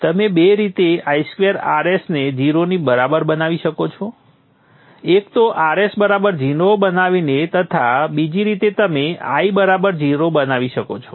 તમે બે રીતે I2Rs ને 0 ની બરાબર બનાવી શકો છો એક તો Rs 0 બનાવીને તથા બીજી રીતે તમે I0 બનાવી શકો છો